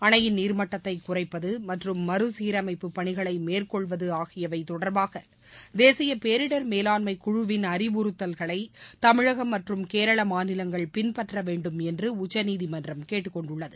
அணையின் நீர்மட்டத்தை குறைப்பது மற்றும் மறுசீரமைப்பு பணிகளை மேற்கொள்வது ஆகியவை தொடர்பாக தேசிய பேரிடர் மேலாண்மை குழுவின் அறிவுறுத்தல்களை தமிழகம் மற்றும் கேரள மாநிலங்கள் பின்பற்ற வேண்டும் என்று உச்சநீதிமன்றம் கேட்டுக் கொண்டுள்ளது